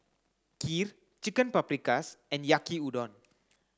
Kheer Chicken Paprikas and Yaki Udon